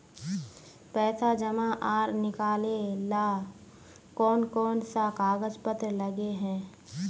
पैसा जमा आर निकाले ला कोन कोन सा कागज पत्र लगे है?